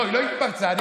היא לא התפרצה.